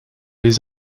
les